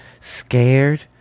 scared